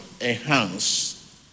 enhance